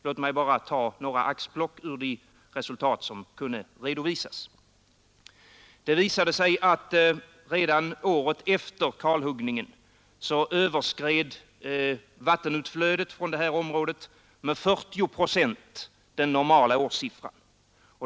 Låt mig bara göra några axplock ur de resultat som kunde redovisas. Det visade sig att redan året efter kalhuggningen överskred vattenutflödet från detta område med 40 procent den normala årssiffran.